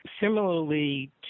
Similarly